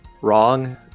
wrong